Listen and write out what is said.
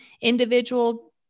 individual